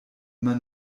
immer